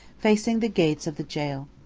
facing the gates of the gaol.